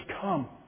come